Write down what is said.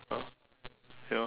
ah you know